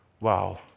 wow